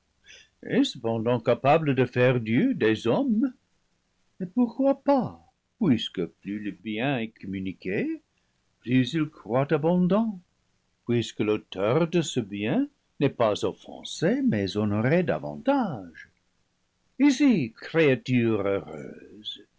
et cependant capable de faire dieux des hommes et pourquoi pas puisque plus le bien est commu niqué plus il croît abondant puisque l'auteur de ce bien n'est pas offensé mais honoré davantage ici créature